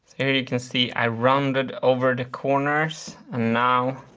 here you can see i rounded over the corners and now